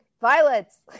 violets